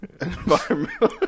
Environmental